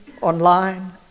online